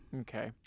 Okay